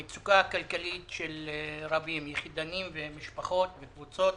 המצוקה הכלכלית של רבים יחידנים, משפחות, קבוצות,